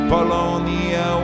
Polonia